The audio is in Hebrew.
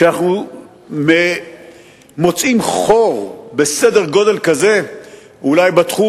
כשאנחנו מוצאים חור בסדר-גודל כזה אולי בתחום